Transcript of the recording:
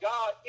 God